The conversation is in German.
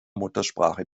muttersprache